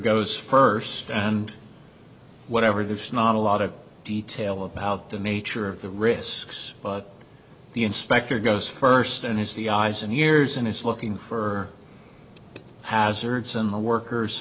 first and whatever there's not a lot of detail about the nature of the risks but the inspector goes first and is the eyes and ears and it's looking for hazards and the workers